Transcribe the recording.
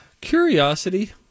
Curiosity